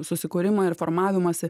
susikūrimą ir formavimąsi